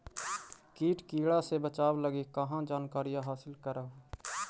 किट किड़ा से बचाब लगी कहा जानकारीया हासिल कर हू?